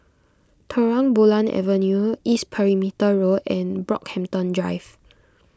Terang Bulan Avenue East Perimeter Road and Brockhampton Drive